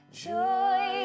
Joy